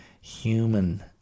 human